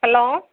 hello